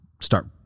start